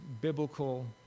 biblical